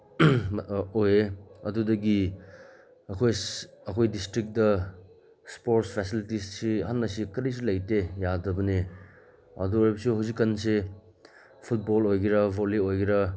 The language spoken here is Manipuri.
ꯑꯣꯏꯌꯦ ꯑꯗꯨꯗꯒꯤ ꯑꯩꯈꯣꯏ ꯑꯩꯈꯣꯏ ꯗꯤꯁꯇ꯭ꯔꯤꯛꯇ ꯏꯁꯄꯣꯔꯠ ꯐꯦꯁꯤꯂꯤꯇꯤꯁꯤ ꯍꯥꯟꯅ ꯀꯔꯤꯁꯨ ꯂꯩꯇꯦ ꯌꯥꯗꯕꯅꯦ ꯑꯗꯨ ꯑꯣꯏꯔꯁꯨ ꯍꯧꯖꯤꯛꯀꯥꯟꯁꯦ ꯐꯨꯠꯕꯣꯜ ꯑꯣꯏꯒꯦꯔ ꯕꯣꯜꯂꯤ ꯑꯣꯏꯒꯦꯔ